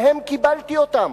מהם קיבלתי אותן.